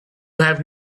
have